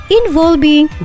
involving